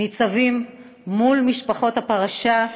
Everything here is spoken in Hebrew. ניצבים מול משפחות הפרשה,